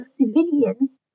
civilians